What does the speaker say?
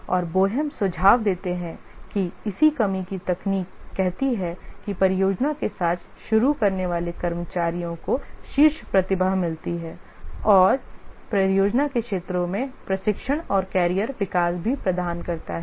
और बोहेम सुझाव देते हैं कि इसी कमी की तकनीक कहती है कि परियोजना के साथ शुरू करने वाले कर्मचारियों को शीर्ष प्रतिभा मिलती है और परियोजना के क्षेत्रों में प्रशिक्षण और कैरियर विकास भी प्रदान करता है